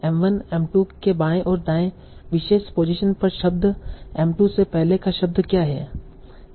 M 1 M 2 के बाएं और दाएं विशेष पोजीशन पर शब्द M 2 से पहले का शब्द क्या है